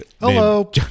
hello